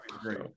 great